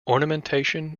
ornamentation